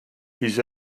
his